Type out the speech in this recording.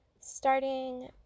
starting